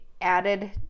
added